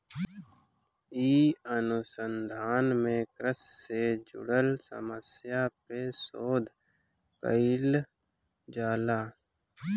इ अनुसंधान में कृषि से जुड़ल समस्या पे शोध कईल जाला